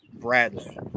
Bradley